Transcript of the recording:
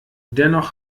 dennoch